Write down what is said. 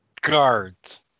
guards